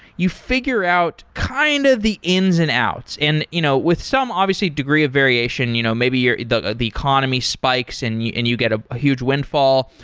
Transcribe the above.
you figure out kind of the ins and outs. and you know with some obviously degree of variation, you know maybe the the economy spikes and you and you get a huge windfall,